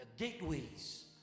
Gateways